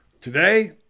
Today